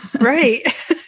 Right